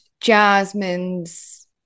Jasmine's